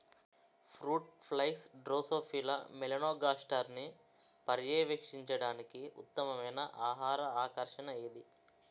Fruit flies drosophila మెలనోగాస్టర్ని పర్యవేక్షించడానికి ఉత్తమమైన ఆహార ఆకర్షణ ఏది?